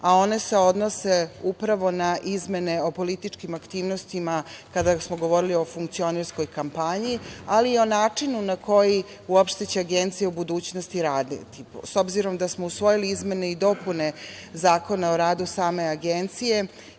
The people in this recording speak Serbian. a one se odnose upravo na izmene o političkim aktivnostima. Kada smo govorili o funkcionerskoj kampanji, ali i o načinu na koji uopšte će agencije u budućnosti raditi, s obzirom da smo usvojili izmene i dopune Zakona o radu same Agencije